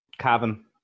Cavan